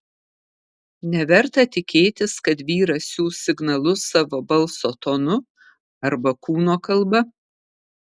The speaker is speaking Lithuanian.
neverta tikėtis kad vyras siųs signalus savo balso tonu arba kūno kalba